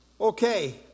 Okay